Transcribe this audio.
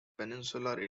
peninsular